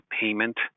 payment